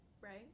Right